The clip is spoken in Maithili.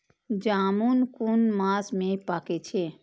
जामून कुन मास में पाके छै?